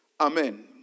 Amen